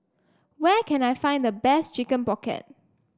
where can I find the best Chicken Pocket